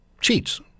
cheats